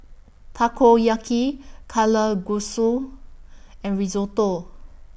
Takoyaki Kalguksu and Risotto